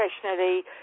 professionally